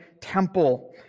temple